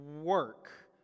work